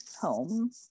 home